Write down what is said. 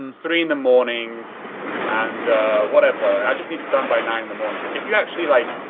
um three in the morning and whatever. i just need it done by nine in the morning. if you actually, like,